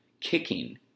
kicking